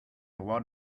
lot